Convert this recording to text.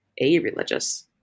a-religious